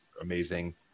amazing